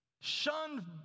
shunned